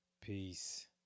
peace